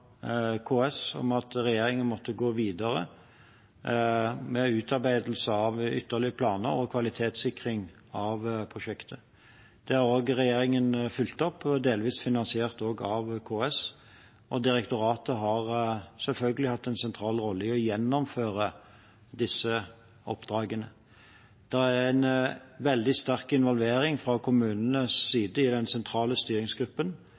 KS om at regjeringen måtte gå videre med utarbeidelse av ytterligere planer og kvalitetssikring av prosjektet. Det har også regjeringen fulgt opp, delvis finansiert av KS, og direktoratet har selvfølgelig hatt en sentral rolle i å gjennomføre disse oppdragene. Det er en veldig sterk involvering fra kommunenes side i den sentrale styringsgruppen,